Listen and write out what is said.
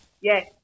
Yes